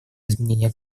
изменения